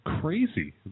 crazy